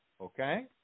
Okay